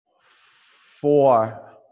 four